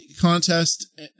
contest